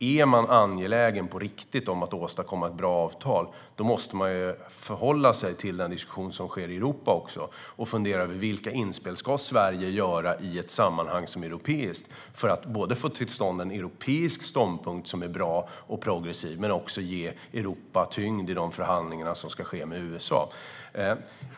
Om man verkligen är angelägen om att åstadkomma ett bra avtal måste man också förhålla sig till den diskussion som förs i Europa och fundera över vilka inspel Sverige ska göra i ett europeiskt sammanhang för att både få till stånd en europeisk ståndpunkt som är bra och progressiv och ge Europa tyngd i de förhandlingar som ska hållas med USA.